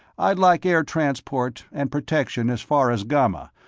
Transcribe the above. i'd like air transport and protection as far as ghamma,